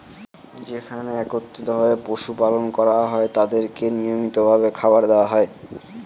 যেখানে একত্রিত ভাবে পশু পালন করা হয় তাদেরকে নিয়মিত ভাবে খাবার দেওয়া হয়